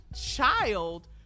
child